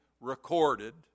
recorded